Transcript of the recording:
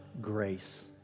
grace